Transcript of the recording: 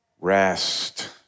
rest